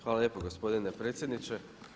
Hvala lijepo gospodine predsjedniče.